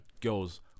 girls